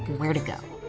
where'd it go?